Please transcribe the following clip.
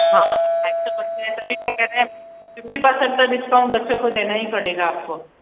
हाँ ढाई सौ बच्चे है तभी तो कह रहे हैं फ़िफ़टी परसेंट का डिस्काउंट बच्चों को देना ही पड़ेगा आपको